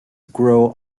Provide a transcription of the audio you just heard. grow